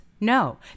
No